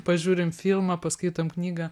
pažiūrim filmą paskaitom knygą